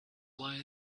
why